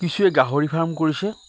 কিছুৱে গাহৰি ফাৰ্ম কৰিছে